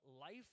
life